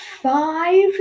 five